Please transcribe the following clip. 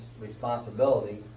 responsibility